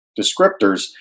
descriptors